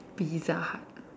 pizza hut